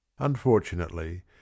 Unfortunately